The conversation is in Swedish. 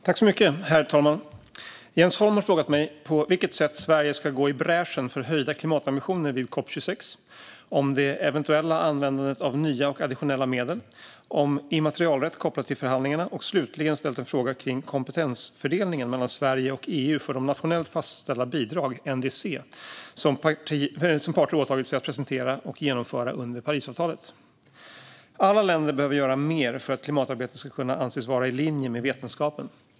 Herr talman! Jens Holm har frågat mig på vilket sätt Sverige ska gå i bräschen för höjda klimatambitioner vid COP 26. Han har också frågat om det eventuella användandet av nya och additionella medel och om immaterialrätt kopplat till förhandlingarna, och slutligen har han ställt en fråga kring kompetensfördelningen mellan Sverige och EU för de nationellt fastställda bidrag, NDC, som parter åtagit sig att presentera och genomföra under Parisavtalet. Alla länder behöver göra mer för att klimatarbetet ska kunna anses vara i linje med vetenskapen.